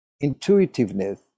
intuitiveness